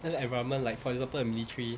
那个 environment like for example the military